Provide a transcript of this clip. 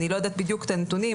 אני לא יודעת בדיוק את הנתונים,